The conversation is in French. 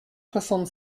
soixante